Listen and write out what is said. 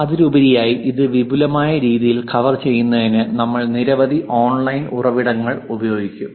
അതിലുപരിയായി ഇത് വിപുലമായ രീതിയിൽ കവർ ചെയ്യുന്നതിന് നമ്മൾ നിരവധി ഓൺലൈൻ ഉറവിടങ്ങൾ ഉപയോഗിക്കും